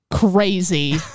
Crazy